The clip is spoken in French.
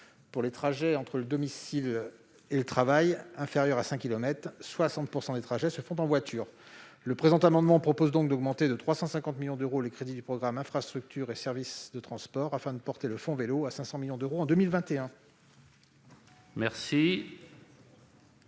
Pour les trajets entre le domicile et le travail inférieurs à 5 kilomètres, 60 % des trajets se font en voiture. Le présent amendement vise donc à augmenter de 350 millions d'euros les crédits du programme « Infrastructures et services de transports » afin de porter le fonds vélo à 500 millions d'euros en 2021.